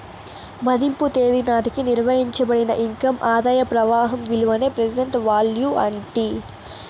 మదింపు తేదీ నాటికి నిర్వయించబడిన ఇన్కమ్ ఆదాయ ప్రవాహం విలువనే ప్రెసెంట్ వాల్యూ అంటీ